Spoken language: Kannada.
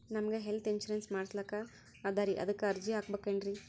ನಮಗ ಹೆಲ್ತ್ ಇನ್ಸೂರೆನ್ಸ್ ಮಾಡಸ್ಲಾಕ ಅದರಿ ಅದಕ್ಕ ಅರ್ಜಿ ಹಾಕಬಕೇನ್ರಿ?